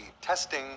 Testing